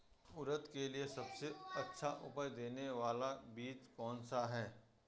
उड़द के लिए सबसे अच्छा उपज देने वाला बीज कौनसा है?